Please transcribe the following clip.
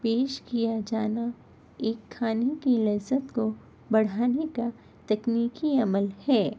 پیش کیا جانا ایک کھانے کی لذت کو بڑھانے کا تکنیکی عمل ہے